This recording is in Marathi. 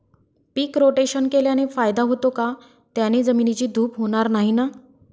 पीक रोटेशन केल्याने फायदा होतो का? त्याने जमिनीची धूप होणार नाही ना?